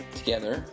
together